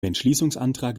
entschließungsantrag